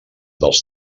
dels